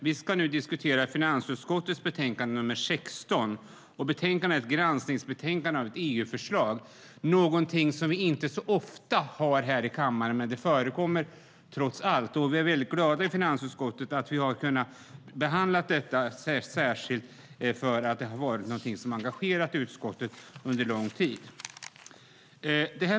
Vi ska nu diskutera finansutskottets betänkande 16. Betänkandet är ett granskningsbetänkande av ett EU-förslag, något som vi inte har så ofta här i kammaren även om det trots allt förekommer. Vi är väldigt glada i finansutskottet över att vi har kunnat behandla detta, särskilt eftersom det har engagerat utskottet under lång tid.